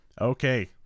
Okay